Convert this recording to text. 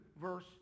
verse